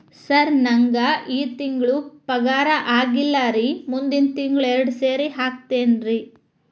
sir ನಂಗ ಈ ತಿಂಗಳು ಪಗಾರ ಆಗಿಲ್ಲಾರಿ ಮುಂದಿನ ತಿಂಗಳು ಎರಡು ಸೇರಿ ಹಾಕತೇನ್ರಿ